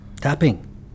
tapping